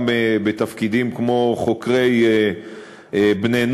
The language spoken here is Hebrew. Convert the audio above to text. גם בתפקידים כמו חוקרי בני-נוער,